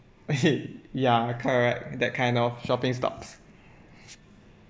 ya correct that kind of shopping stops